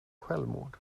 självmord